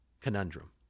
conundrum